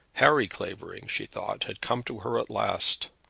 harry clavering, she thought, had come to her at last.